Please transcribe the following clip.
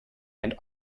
and